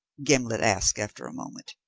gimblet asked after a moment.